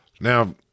Now